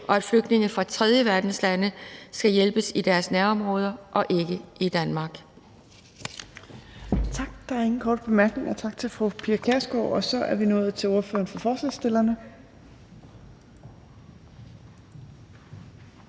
og at flygtninge fra tredjeverdenslande skal hjælpes i deres nærområder og ikke i Danmark.